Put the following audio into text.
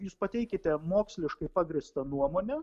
jūs pateikite moksliškai pagrįstą nuomonę